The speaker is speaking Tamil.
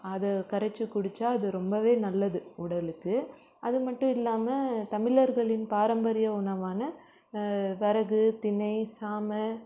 அதை கரைச்சி குடித்தா அது ரொம்பவே நல்லது உடலுக்கு அது மட்டும் இல்லாமல் தமிழர்களின் பாரம்பரிய உணவான வரகு திணை சாமை